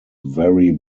vary